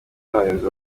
n’abayobozi